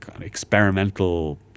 experimental